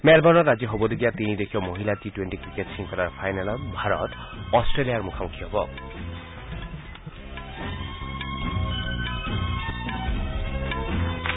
মেলবৰ্ণত আজি হবলগীয়া তিনিদেশীয় মহিলা টী টুৱেন্টী ক্ৰিকেট শংখলাৰ ফাইনেলত ভাৰত অষ্টেলিয়াৰ মুখামুখি হ'ব